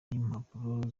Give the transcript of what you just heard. n’impapuro